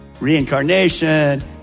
Reincarnation